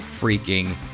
freaking